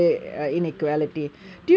ya issues ya